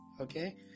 okay